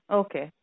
okay